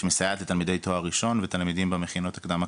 לתלמידי תואר ראשון ותלמידים במכינות קדם אקדמיות.